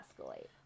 escalate